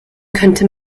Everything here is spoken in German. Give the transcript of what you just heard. könnte